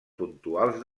puntuals